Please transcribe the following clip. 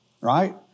right